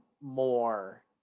more